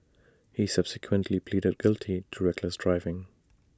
he subsequently pleaded guilty to reckless driving